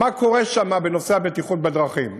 מה קורה שם בנושא הבטיחות בדרכים?